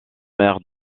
mère